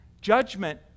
judgment